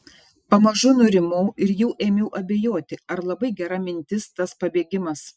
pamažu nurimau ir jau ėmiau abejoti ar labai gera mintis tas pabėgimas